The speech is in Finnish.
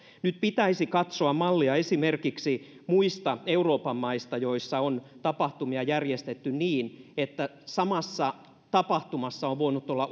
nyt pitäisi katsoa mallia esimerkiksi muista euroopan maista joissa on tapahtumia järjestetty niin että samassa tapahtumassa on voinut olla